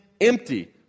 empty